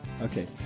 Okay